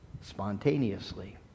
spontaneously